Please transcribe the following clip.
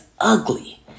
ugly